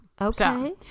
Okay